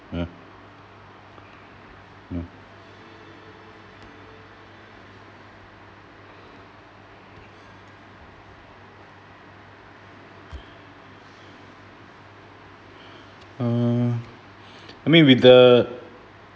uh mm uh I mean with the